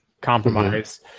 compromise